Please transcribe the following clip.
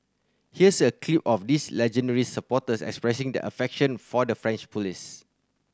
here's a clip of these legendary supporters expressing their affection for the French police